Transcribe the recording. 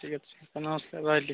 ଠିକ୍ ଅଛି ସାର୍ ନମସ୍କାର ରହିଲି